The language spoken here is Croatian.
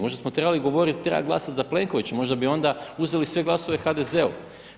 Možda smo trebali govorit, trebat glasat za Plenkovića, možda bi onda uzeli sve glasove HDZ-u.